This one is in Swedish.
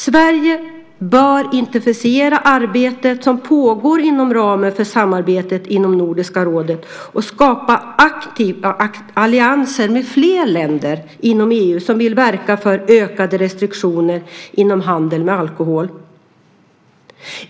Sverige bör intensifiera det arbete som pågår inom ramen för samarbetet i Nordiska rådet och aktivt skapa allianser med fler länder inom EU som vill verka för ökade restriktioner i handeln med alkohol.